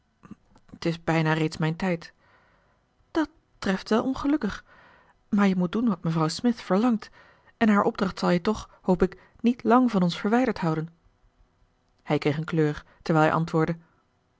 t is bijna reeds mijn tijd dat treft wel ongelukkig maar je moet doen wat mevrouw smith verlangt en haar opdracht zal je toch hoop ik niet lang van ons verwijderd houden hij kreeg een kleur terwijl hij antwoordde